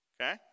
okay